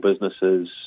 businesses